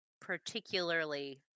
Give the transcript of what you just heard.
particularly